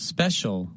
Special